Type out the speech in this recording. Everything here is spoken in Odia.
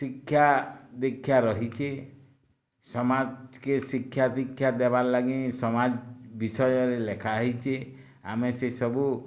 ଶିକ୍ଷା ଦୀକ୍ଷା ରହିଛି ସମାଜ୍ କେ ଶିକ୍ଷା ଦୀକ୍ଷା ଦେବାର୍ ଲାଗି ସମାଜ ବିଷୟରେ ଲେଖା ହୋଇଛି ଆମେ ସେ ସବୁ